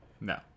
No